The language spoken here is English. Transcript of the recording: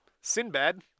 Sinbad